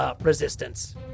resistance